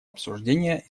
обсуждения